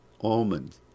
almond